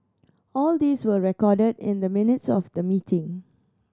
all these were recorded in the minutes of the meeting